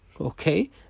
okay